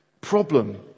Problem